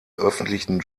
öffentlichen